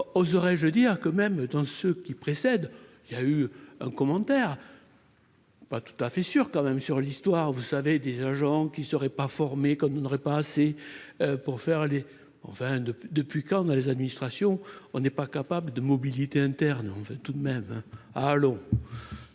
je veux dire que même dans ce qui précède, il y a eu un commentaire. Pas tout à fait sûr quand même sur l'histoire, vous savez, des agents qui serait pas formés, comme nous, n'aurait pas assez pour faire les enfin de depuis quand, dans les administrations, on n'est pas capable de mobilité interne en fait tout de même allô